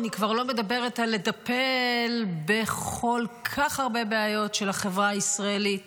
אני כבר לא מדברת על לטפל בכל כך הרבה בעיות של החברה הישראלית